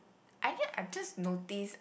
and then I just notice